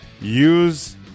Use